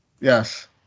Yes